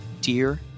Dear